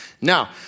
now